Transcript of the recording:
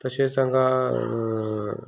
तशेंच हांगा